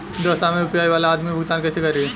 व्यवसाय में यू.पी.आई वाला आदमी भुगतान कइसे करीं?